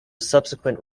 subsequent